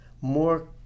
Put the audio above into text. more